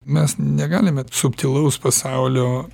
mes negalime subtilaus pasaulio